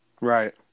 Right